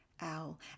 owl